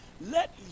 let